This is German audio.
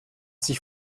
sich